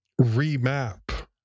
remap